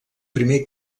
primer